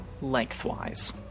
lengthwise